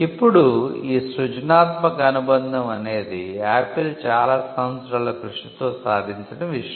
ఇప్పుడు ఈ సృజనాత్మక అనుబంధం అనేది ఆపిల్ చాలా సంవత్సరాల కృషితో సాధించిన విషయం